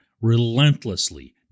relentlessly